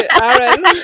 Aaron